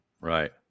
Right